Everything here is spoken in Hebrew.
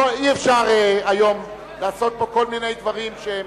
אי-אפשר היום לעשות פה כל מיני דברים שהם,